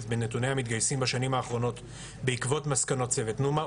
בנתוני המתגייסים בשנים האחרונות בעקבות מסקנות צוות נומה,